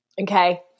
Okay